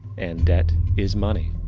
and debt is money.